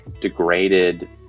degraded